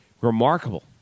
remarkable